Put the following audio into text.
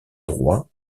droit